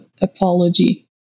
apology